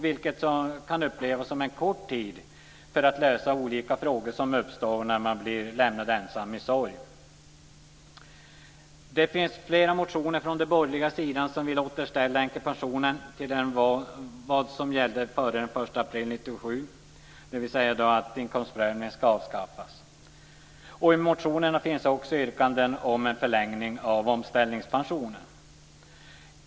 Det kan upplevas som en kort tid för att lösa olika frågor som uppstår när man blivit lämnad ensam i sorg. Det finns flera motioner från den borgerliga sidan som vill återställa änkepensionen till vad som gällde före den 1 april 1997, dvs. att inkomstprövningen ska avskaffas. I motionerna finns också yrkanden om en förlängning av omställningspensionen.